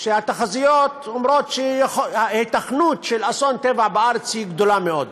שהתחזיות אומרות שההיתכנות של אסון טבע בארץ היא גדולה מאוד.